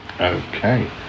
Okay